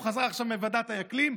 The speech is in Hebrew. הוא חזר עכשיו מוועדת האקלים,